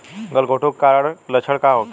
गलघोंटु के कारण लक्षण का होखे?